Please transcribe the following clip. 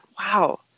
wow